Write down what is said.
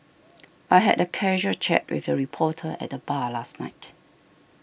I had a casual chat with a reporter at the bar last night